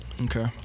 Okay